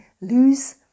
lose